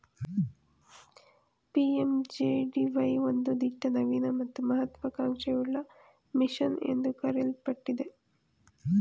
PMJDY ಒಂದು ದಿಟ್ಟ ನವೀನ ಮತ್ತು ಮಹತ್ವ ಕಾಂಕ್ಷೆಯುಳ್ಳ ಮಿಷನ್ ಎಂದು ಕರೆಯಲ್ಪಟ್ಟಿದೆ